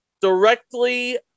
directly